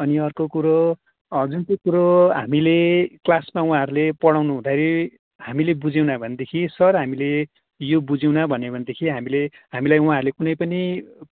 अनि अर्को कुरो जुन चाहिँ कुरो हामीले क्लास उहाँहरूले पढाउनु हुँदाखेरि हामीले बुझेनौँ भनेदेखि सर हामीले यो बुझेनौँ भनेदेखि हामीले हामीलाई उहाँहरूले कुनै पनि